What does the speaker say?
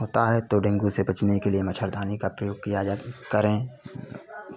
होता है तो डेंगू से बचने के लिए मच्छरदानी का प्रयोग किया जा करें